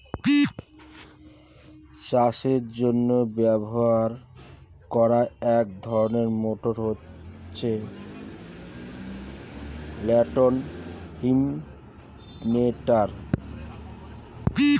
চাষের জন্য ব্যবহার করা এক ধরনের মোটর হচ্ছে ল্যান্ড ইমপ্রিন্টের